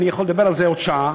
אני יכול לדבר על זה עוד שעה,